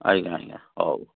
ଆଜ୍ଞା ଆଜ୍ଞା ହୋଉ